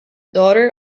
daughter